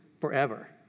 forever